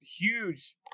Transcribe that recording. huge